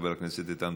מס' 10208,